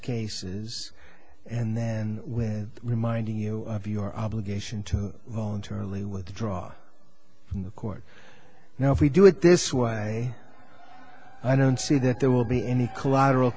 cases and then when reminding you of your obligation to voluntarily withdraw from the court now if we do it this way i don't see that there will be any collateral